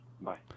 Bye